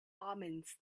omens